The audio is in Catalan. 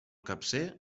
capcer